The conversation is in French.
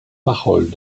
paroles